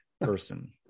person